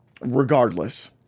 regardless